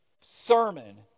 Sermon